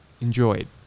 enjoyed